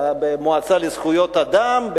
במועצה לזכויות האדם,